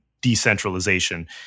decentralization